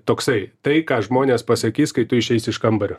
toksai tai ką žmonės pasakys kai tu išeisi iš kambario